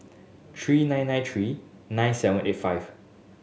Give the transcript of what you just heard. three nine nine three nine seven eight five